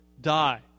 die